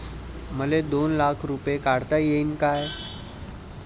मले दोन लाख रूपे काढता येईन काय?